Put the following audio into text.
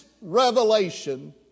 revelation